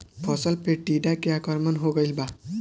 फसल पे टीडा के आक्रमण हो गइल बा?